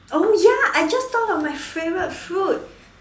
oh ya I just thought of my favourite food